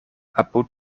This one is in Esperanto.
apud